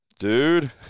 Dude